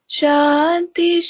Shanti